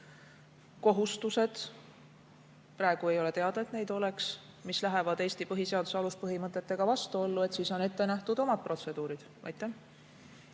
kohustused – praegu ei ole teada, et neid oleks –, mis lähevad Eesti põhiseaduse aluspõhimõtetega vastuollu, siis on ette nähtud omad protseduurid. Suur